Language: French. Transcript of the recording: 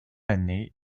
année